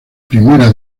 primera